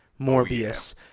Morbius